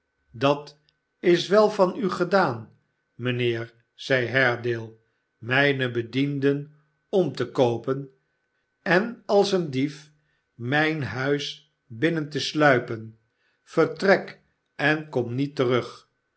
dat is wel van u gedaan mijnheer zeide haredale mijne bedienden om te koopen en als een dief mijn huis binnen te sluipen vertrek en kom niet terug